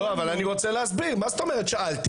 לא, אבל אני רוצה להסביר, מה זאת אומרת שאלתי.